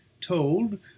told